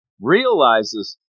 realizes